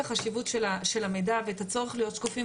החשיבות של המידע ואת הצורך להיות שקופים,